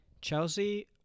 Chelsea